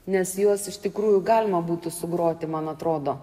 nes juos iš tikrųjų galima būtų sugroti man atrodo